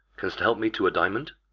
canst help me to a diamond?